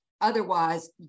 Otherwise